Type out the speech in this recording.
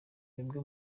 mwebwe